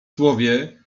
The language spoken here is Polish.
słowie